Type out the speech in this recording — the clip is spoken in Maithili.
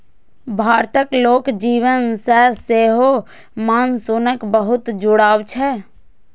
भारतक लोक जीवन सं सेहो मानसूनक बहुत जुड़ाव छै